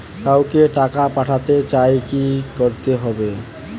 কাউকে টাকা পাঠাতে চাই কি করতে হবে?